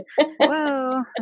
Whoa